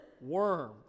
worm